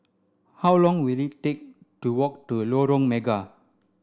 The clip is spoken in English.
how long will it take to walk to Lorong Mega